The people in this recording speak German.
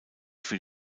für